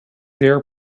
their